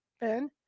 Ben